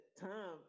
time